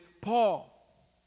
Paul